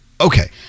Okay